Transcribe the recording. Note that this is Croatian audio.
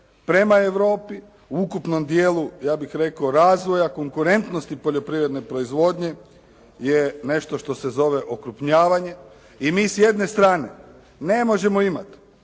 prema Europi, u ukupnom dijelu ja bih rekao razvoja konkurentnosti poljoprivredne proizvodnje je nešto što se zove okrupnjavanje. I mi s jedne strane ne možemo imati